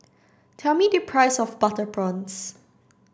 tell me the price of butter prawns